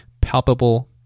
palpable